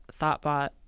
ThoughtBot